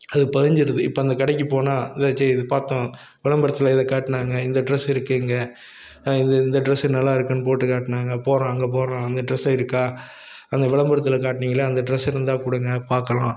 அது பதிஞ்சிடுது இப்போ அந்த கடைக்கு போனாம் அந்த சே இது பார்த்தோம் விளம்பரத்தில் இத காட்டினாங்க இந்த ட்ரெஸ் இருக்குது இங்கே இது இந்த ட்ரெஸ்ஸு நல்லா இருக்குதுன்னு போட்டு காட்டினாங்க போகிறோம் அங்கே போகிறோம் அந்த ட்ரெஸ்ஸு இருக்கா அந்த விளம்பரத்தில் காட்டுனிங்கள் அந்த ட்ரெஸ் இருந்தால் கொடுங்க பார்க்கலாம்